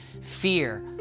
fear